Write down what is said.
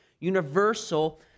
universal